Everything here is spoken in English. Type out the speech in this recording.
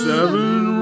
Seven